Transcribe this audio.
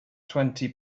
twenty